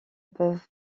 peuvent